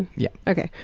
yeah. ok.